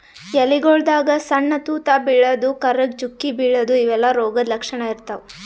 ಎಲಿಗೊಳ್ದಾಗ್ ಸಣ್ಣ್ ತೂತಾ ಬೀಳದು, ಕರ್ರಗ್ ಚುಕ್ಕಿ ಬೀಳದು ಇವೆಲ್ಲಾ ರೋಗದ್ ಲಕ್ಷಣ್ ಇರ್ತವ್